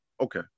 Okay